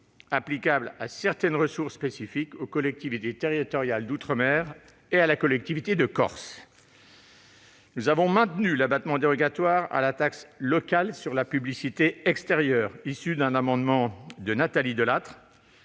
applicables à certaines ressources spécifiques aux collectivités territoriales d'outre-mer et à la collectivité de Corse. Nous avons maintenu l'abattement dérogatoire à la taxe locale sur la publicité extérieure, issu d'un amendement de Nathalie Delattre,